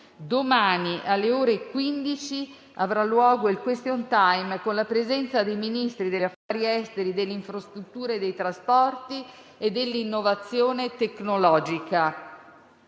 Domani, alle ore 15, avrà luogo il *question time*, con la presenza dei Ministri degli affari esteri, delle infrastrutture e dei trasporti e dell'innovazione tecnologica.